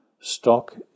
stock